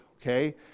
okay